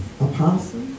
apostle